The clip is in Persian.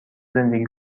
زندگی